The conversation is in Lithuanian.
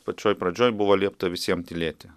pačioj pradžioj buvo liepta visiem tylėti